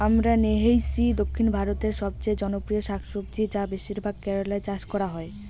আমরান্থেইসি দক্ষিণ ভারতের সবচেয়ে জনপ্রিয় শাকসবজি যা বেশিরভাগ কেরালায় চাষ করা হয়